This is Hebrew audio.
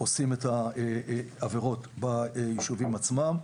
שעושים את העבירות ביישובים עצמם,